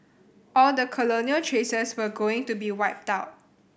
all the colonial traces were going to be wiped out